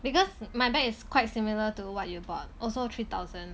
because my bag is quite similar to what you bought also three thousand